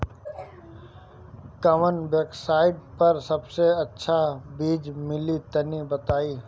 कवन वेबसाइट पर सबसे अच्छा बीज मिली तनि बताई?